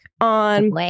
on